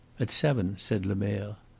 at seven, said lemerre.